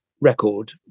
record